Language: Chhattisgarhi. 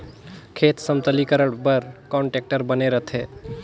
खेत समतलीकरण बर कौन टेक्टर बने रथे?